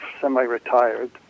semi-retired